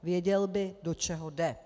Věděl by, do čeho jde.